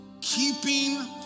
Keeping